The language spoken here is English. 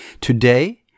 Today